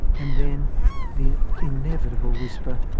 and then the inevitable whisper,